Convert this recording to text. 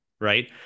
right